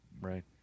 Right